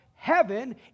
heaven